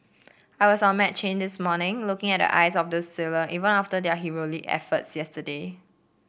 I was on McCain this morning looking at the eyes of those sailor even after their heroic efforts yesterday